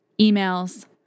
emails